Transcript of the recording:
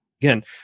again